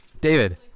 David